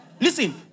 Listen